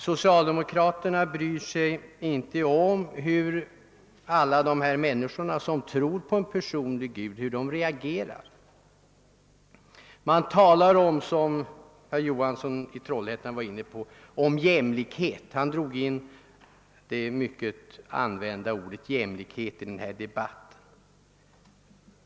Socialdemokraterna bryr sig tydligen inte om hur de människor som tror på en personlig Gud reagerar. Herr Johansson i Trollhättan drog in det mycket använda ordet jämlikhet i denna debatt.